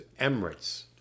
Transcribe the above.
Emirates